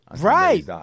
right